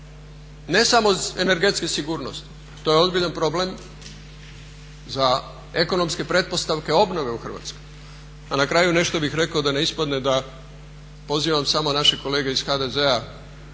Ne samo za energetsku sigurnost. To je ozbiljan problem za ekonomske pretpostavke obnove u Hrvatskoj. A na kraju nešto bih rekao da ne ispadne da pozivam samo naše kolege iz HDZ-a